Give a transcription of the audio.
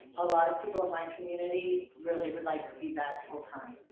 a lot of people in my community really would like to be back full time.